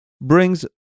brings